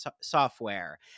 software